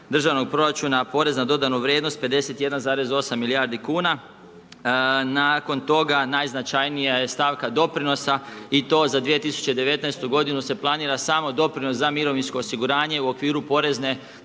državnog proračuna porez na dodanu vrijednost 51,8 milijardi kuna. Nakon toga najznačajnija je stavka doprinosa i to za 2019. godinu se planira samo doprinos za mirovinsko osiguranje u okviru porezne,